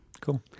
Cool